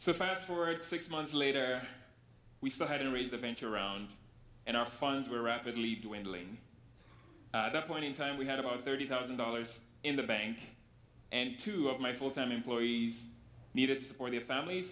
forward six months later we still had to raise the venture round and our funds were rapidly dwindling that point in time we had about thirty thousand dollars in the bank and two of my full time employees needed to support their families